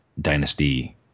dynasty